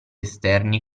esterni